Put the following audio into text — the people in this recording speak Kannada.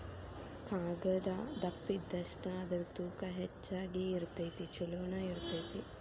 ಕಾಗದಾ ದಪ್ಪ ಇದ್ದಷ್ಟ ಅದರ ತೂಕಾ ಹೆಚಗಿ ಇರತತಿ ಚುಲೊನು ಇರತತಿ